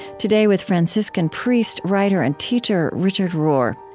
today, with franciscan priest, writer, and teacher richard rohr.